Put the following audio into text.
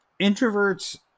introverts